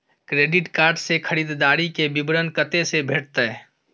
Credit card से खरीददारी के विवरण कत्ते से भेटतै?